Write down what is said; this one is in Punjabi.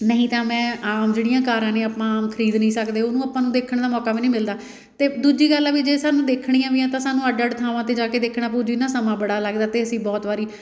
ਨਹੀਂ ਤਾਂ ਮੈਂ ਜਿਹੜੀਆਂ ਕਾਰਾਂ ਨੇ ਆਪਾਂ ਖਰੀਦ ਨਹੀਂ ਸਕਦੇ ਉਹਨੂੰ ਆਪਾਂ ਨੂੰ ਦੇਖਣ ਦਾ ਮੌਕਾ ਵੀ ਨਹੀਂ ਮਿਲਦਾ ਅਤੇ ਦੂਜੀ ਗੱਲ ਆ ਵੀ ਜੇ ਸਾਨੂੰ ਦੇਖਣੀਆਂ ਵੀ ਆ ਤਾਂ ਸਾਨੂੰ ਅੱਡ ਅੱਡ ਥਾਵਾਂ 'ਤੇ ਜਾ ਕੇ ਦੇਖਣਾ ਪਊ ਜਿੰਨਾਂ ਸਮਾਂ ਬੜਾ ਲੱਗਦਾ ਅਤੇ ਅਸੀਂ ਬਹੁਤ ਵਾਰੀ